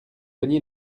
cogné